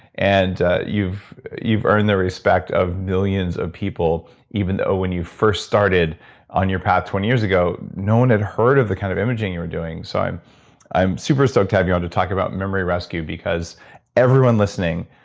and you've you've earned the respect of millions of people even though when you first started on your path twenty years ago. no one had heard of the kind of imaging you're doing. so i'm i'm super stoked to have you and to talk about memory rescue because everyone listening